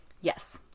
Yes